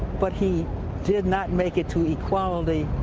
but he did not make it to equality,